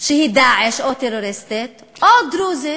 שהיא "דאעש", או טרוריסטית, או דרוזי,